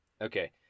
Okay